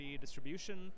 distribution